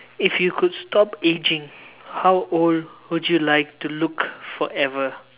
if you could stop aging how old would you like to look forever